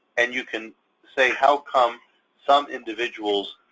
and you can say, how come some individuals